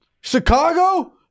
Chicago